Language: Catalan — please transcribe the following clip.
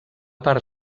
part